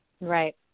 Right